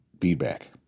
feedback